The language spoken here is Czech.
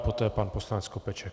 Poté pan poslanec Skopeček.